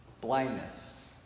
Blindness